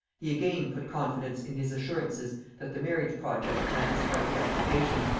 he again put confidence in his assurances that the marriage-project had his hearty approbation,